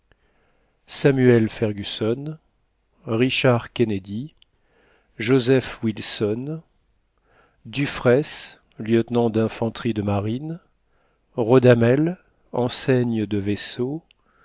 samuel fergusson richard kennedy joseph wilson dufraisse lieutenant d'infanterie de marine rodamel enseigne de vaisseau